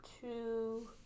two